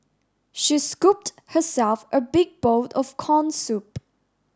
she scooped herself a big bowl of corn soup